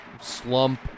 slump